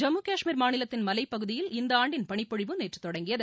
ஜம்மு கஷ்மீர் மாநிலத்தின் மலைப்பகுதியில் இந்த ஆண்டின் பனிப்பொழிவு நேற்று தொடங்கியது